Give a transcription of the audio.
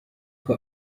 uko